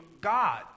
God